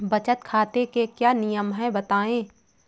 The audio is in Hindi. बचत खाते के क्या नियम हैं बताएँ?